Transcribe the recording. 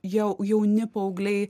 jau jauni paaugliai